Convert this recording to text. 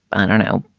i don't know,